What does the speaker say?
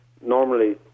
normally